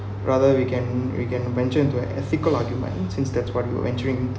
rather we can we can venture into an ethical argument since that's what you are ensuring